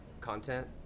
content